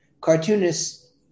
cartoonists